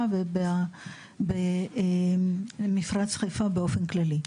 בחיפה ובמפרץ חיפה באופן כללי.